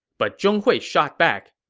but zhong hui shot back,